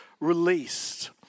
released